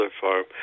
farm